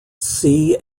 see